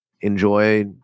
enjoy